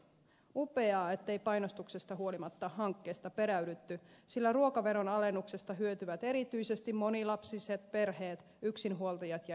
upeaa ettei painostuksesta huolimatta hankkeesta peräydytty sillä ruokaveron alennuksesta hyötyvät erityisesti monilapsiset perheet yksinhuoltajat ja eläkeläiset